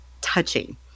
touching